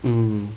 mm